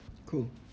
cool